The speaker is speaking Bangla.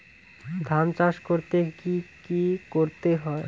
ধান চাষ করতে কি কি করতে হয়?